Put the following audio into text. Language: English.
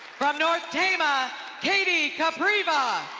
from north tama katie capriva.